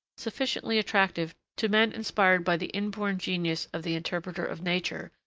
sufficiently attractive to men inspired by the inborn genius of the interpreter of nature,